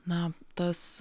na tas